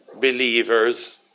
believers